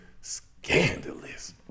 Scandalous